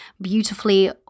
beautifully